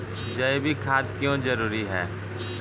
जैविक खाद क्यो जरूरी हैं?